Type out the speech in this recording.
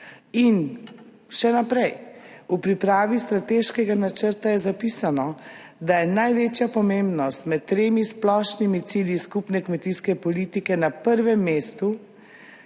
In še naprej. V pripravi strateškega načrta je zapisano, da je največja pomembnost med tremi splošnimi cilji skupne kmetijske politike na prvem mestu